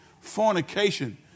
fornication